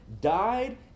died